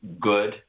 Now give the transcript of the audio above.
good